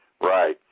Right